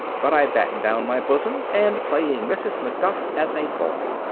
but i've battened down my bosoms and playing mrs. macduff as a boy.